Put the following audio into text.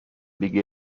big